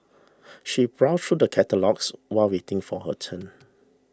she browsed through the catalogues while waiting for her turn